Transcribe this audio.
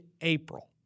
April